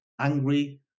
angry